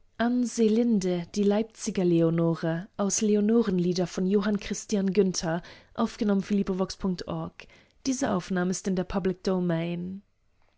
selinde die leipziger